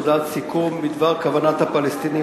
הודעת סיכום בדבר כוונת הפלסטינים